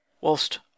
whilst